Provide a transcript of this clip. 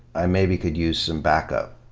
i maybe could use some backup,